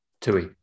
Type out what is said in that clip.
Tui